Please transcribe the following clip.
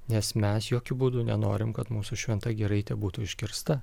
nes mes jokiu būdu nenorim kad mūsų šventa giraitė būtų iškirsta